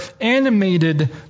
animated